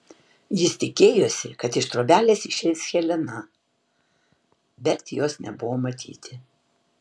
jis tikėjosi kad iš trobelės išeis helena bet jos nebuvo matyti